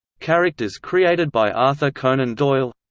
characters created by arthur conan doyle